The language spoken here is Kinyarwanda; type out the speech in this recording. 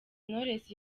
knowless